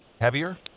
heavier